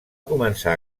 començar